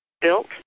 built